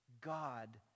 God